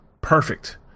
perfect